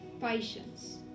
patience